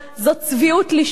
זו צביעות לשמה.